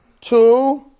two